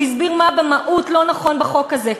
הוא הסביר מה במהות לא נכון בחוק הזה.